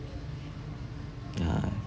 ah